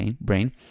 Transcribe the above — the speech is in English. brain